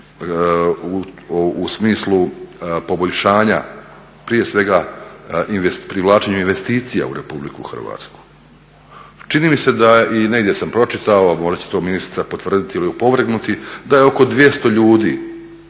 u smislu poboljšanja prije svega privlačenju investicija u Republiku Hrvatsku. Čini mi se da i negdje sam pročitao, možda će to ministar potvrditi ili opovrgnuti da je oko 200 ljudi,